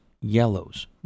yellows